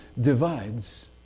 divides